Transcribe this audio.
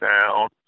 down